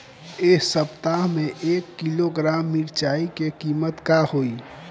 एह सप्ताह मे एक किलोग्राम मिरचाई के किमत का होई?